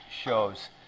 shows